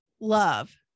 love